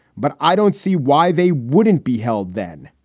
but i don't see why they wouldn't be held then.